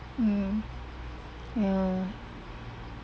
mm ya